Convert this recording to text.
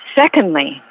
Secondly